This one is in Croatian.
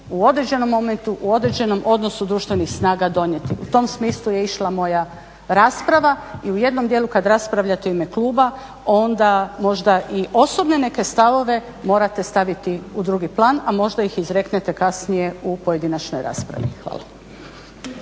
u određenom momentu u određenom odnosu društvenih snaga donijeti. U tom smislu je išla moja rasprava i u jednom dijelu kada raspravljate u ime kluba onda možda i osobne neke stavove morate staviti u drugi plan, a možda ih izreknete kasnije u pojedinačnoj raspravi. Hvala.